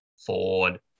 ford